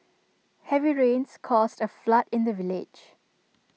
heavy rains caused A flood in the village